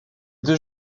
deux